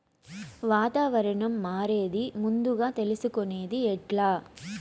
వాతావరణం మారేది ముందుగా తెలుసుకొనేది ఎట్లా?